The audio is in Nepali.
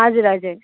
हजुर हजुर